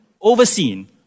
overseen